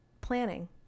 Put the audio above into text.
Planning